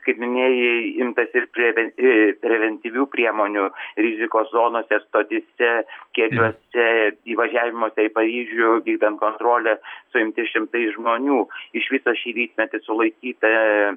kaip minėjai imtasi ir preventyvi preventyvių priemonių rizikos zonose stotyse keliuose įvažiavimo tai į paryžių vykdant kontrolę suimti šimtai žmonių iš viso šį rytmetį sulaikyta